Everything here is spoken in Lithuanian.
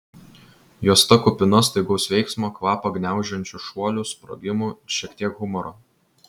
juosta kupina staigaus veiksmo kvapą gniaužiančių šuolių sprogimų ir šiek tiek humoro